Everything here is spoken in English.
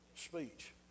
speech